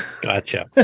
gotcha